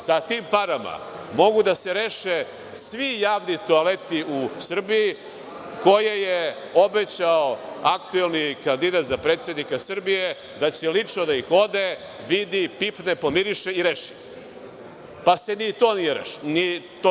Sa tim parama mogu da se reše svi javni toaleti u Srbiji, koje je obećao aktuelni kandidat za predsednika Srbije, da će lično da ode, vidi, pipne, pomiriše i reši, pa se ni to nije desilo.